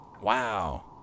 Wow